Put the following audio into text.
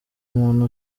muntu